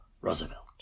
Roosevelt